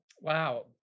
Wow